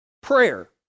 prayer